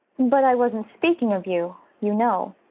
but i wasn't speaking of you, you know.